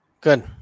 Good